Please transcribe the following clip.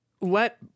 let